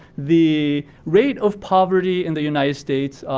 the rate of poverty in the united states,